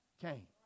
came